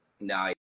No